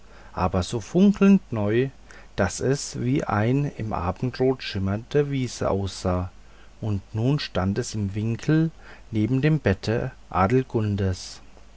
aber so funkelnd neu daß es wie eine im abendrot schimmernde wiese aussah und nun stand es im winkel neben dem bette